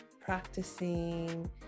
practicing